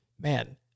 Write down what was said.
Man